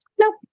Nope